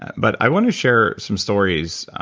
but i want to share some stories,